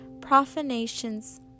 profanations